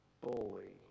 bully